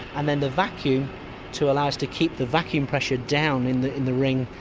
and then the vacuum to allow us to keep the vacuum pressure down in the in the ring,